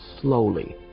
slowly